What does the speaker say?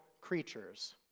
creatures